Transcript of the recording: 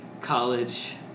College